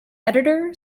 editor